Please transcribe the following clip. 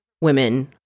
women